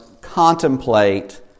contemplate